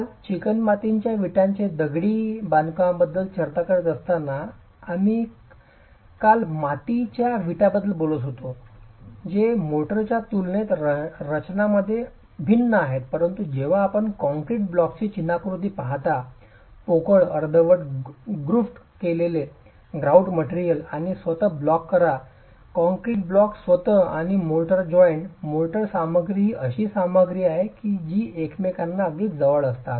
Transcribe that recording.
काल चिकणमातीच्या विटांचे दगडी बांधकामाबद्दल चर्चा करीत असताना आम्ही काल मातीच्या वीटबद्दल बोलत आहोत जे मोर्टारच्या तुलनेत रचनामध्ये अगदी भिन्न आहे परंतु जेव्हा आपण कॉंक्रीट ब्लॉक चिनाकृती पाहता पोकळ अर्धवट ग्रुफ्ट केलेले ग्रॉउट मटेरियल आणि स्वतः ब्लॉक करा कॉंक्रिट ब्लॉक स्वतः आणि मोर्टार जॉइंट मोर्टार सामग्री ही अशी सामग्री आहे जी एकमेकांच्या अगदी जवळ असतात